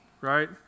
right